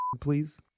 please